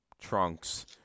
trunks